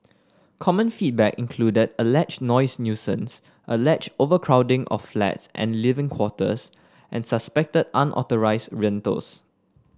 common feedback included alleged noise nuisance alleged overcrowding of flats and living quarters and suspected unauthorised rentals